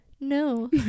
no